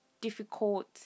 difficult